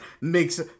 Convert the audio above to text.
makes